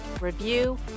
review